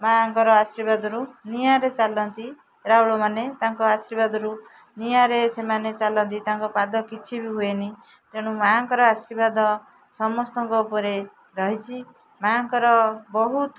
ମାଆଙ୍କର ଆଶୀର୍ବାଦରୁ ନିଆଁରେ ଚାଲନ୍ତି ରାଉଳମାନେ ତାଙ୍କ ଆଶୀର୍ବାଦରୁ ନିଆଁରେ ସେମାନେ ଚାଲନ୍ତି ତାଙ୍କ ପାଦ କିଛି ବି ହୁଏନି ତେଣୁ ମାଆଙ୍କର ଆଶୀର୍ବାଦ ସମସ୍ତଙ୍କ ଉପରେ ରହିଛି ମାଆଙ୍କର ବହୁତ